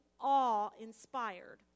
awe-inspired